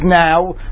now